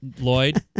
Lloyd